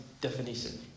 definition